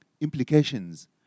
implications